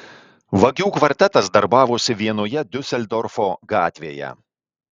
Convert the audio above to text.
vagių kvartetas darbavosi vienoje diuseldorfo gatvėje